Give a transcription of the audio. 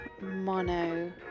mono